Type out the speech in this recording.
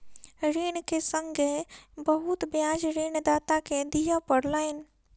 ऋण के संगै बहुत ब्याज ऋणदाता के दिअ पड़लैन